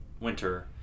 winter